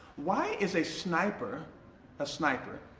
why is a sniper a sniper?